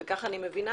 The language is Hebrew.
וכך אני מבינה,